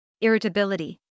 Irritability